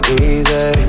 easy